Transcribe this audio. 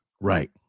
Right